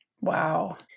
Wow